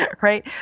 right